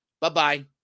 bye-bye